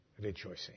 Rejoicing